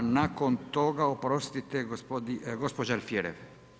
A nakon toga, oprostite, gospođa Alfirev.